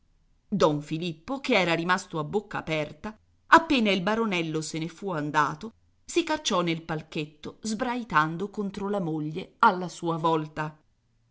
don filippo che era rimasto a bocca aperta appena il baronello se ne fu andato si cacciò nel palchetto sbraitando contro la moglie alla sua volta